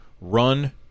run